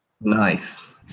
Nice